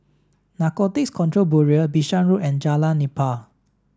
Narcotics Control Bureau Bishan Road and Jalan Nipah